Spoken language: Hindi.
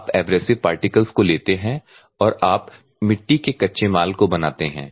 आप एब्रेसिव पार्टिकल्स को लेते हैं और आप मिट्टी के कच्चे माल को बनाते हैं